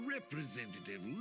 Representative